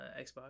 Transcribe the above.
Xbox